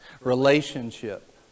Relationship